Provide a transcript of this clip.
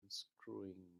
unscrewing